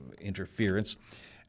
interference